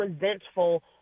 resentful